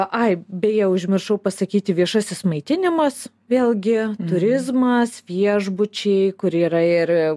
ai beje užmiršau pasakyti viešasis maitinimas vėlgi turizmas viešbučiai kur yra ir